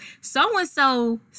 so-and-so